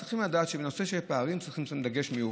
צריכה לדעת שבנושא של הפערים צריכים לשים דגש מיוחד.